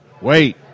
wait